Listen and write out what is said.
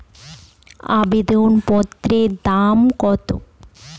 আবেদন পত্রের দাম কত?